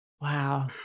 Wow